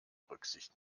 rücksicht